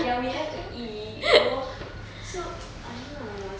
ya we have to eat you know so I don't know